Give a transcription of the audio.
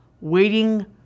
waiting